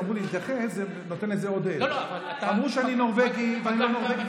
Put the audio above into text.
אמרו שאני נורבגי ואני לא נורבגי,